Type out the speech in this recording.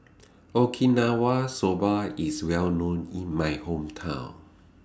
Okinawa Soba IS Well known in My Hometown